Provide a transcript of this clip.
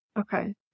Okay